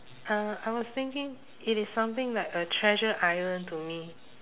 uh I was thinking it is something like a treasure island to me